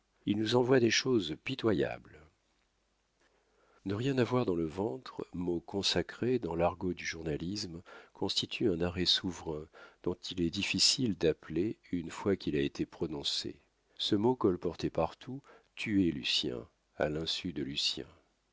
il nous envoie des choses pitoyables ne rien avoir dans le ventre mot consacré dans l'argot du journalisme constitue un arrêt souverain dont il est difficile d'appeler une fois qu'il a été prononcé ce mot colporté partout tuait lucien à l'insu de lucien